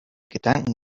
gedanken